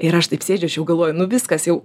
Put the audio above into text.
ir aš taip sėdžiu aš jau galvoju nu viskas jau